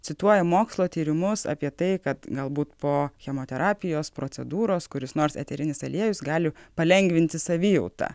cituoja mokslo tyrimus apie tai kad galbūt po chemoterapijos procedūros kuris nors eterinis aliejus gali palengvinti savijautą